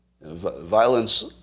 Violence